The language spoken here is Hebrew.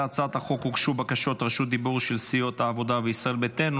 להצעת החוק הוגשו בקשות רשות דיבור של סיעות העבודה וישראל ביתנו.